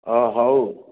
ହଁ ହଉ